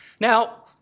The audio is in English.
Now